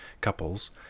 couples